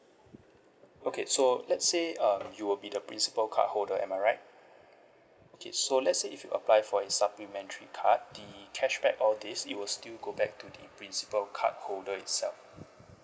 okay so let's say um you will be the principal cardholder am I right okay so let's say if you apply for a supplementary card the cashback all this it will still go back to the principal cardholder itself